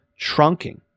trunking